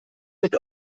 mit